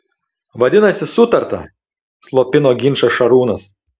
vadinasi sutarta slopino ginčą šarūnas